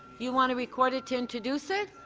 you want to record it to introduce it?